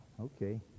okay